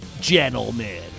Gentlemen